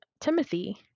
Timothy